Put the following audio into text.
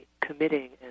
committing